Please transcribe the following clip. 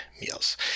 meals